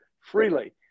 freely